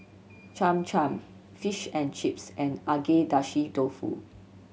Cham Cham Fish and Chips and Agedashi Dofu